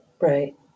Right